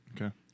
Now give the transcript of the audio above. Okay